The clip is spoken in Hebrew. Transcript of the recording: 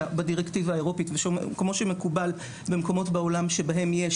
בדירקטיבה האירופית וכמו שמקובל במקומות בעולם בהם יש